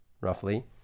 roughly